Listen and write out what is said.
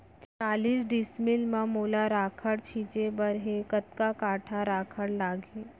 चालीस डिसमिल म मोला राखड़ छिंचे बर हे कतका काठा राखड़ लागही?